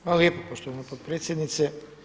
Hvala lijepo poštovana potpredsjednice.